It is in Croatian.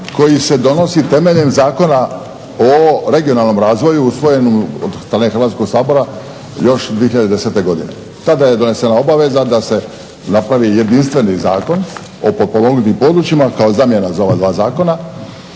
koji se donose temeljem Zakona o regionalnom razvoju usvojenom od strane Hrvatskog sabora još prije negdje 10-ak godina. Tada je donesena obaveza da se napravi jedinstveni Zakon o potpomognutim područjima kao zamjena za ova dva zakona